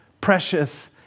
precious